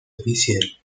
officiels